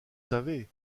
savez